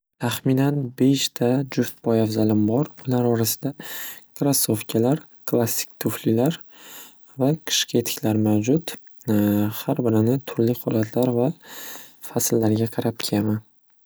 Tahminan beshta juft poyabzalim bor. Ular orasida krassovkalar, klassik tuflilar va qishki etiklar mavjud. Xar birini turli holatlar va fasllarga qarab kiyaman.